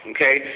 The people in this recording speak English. Okay